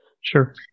Sure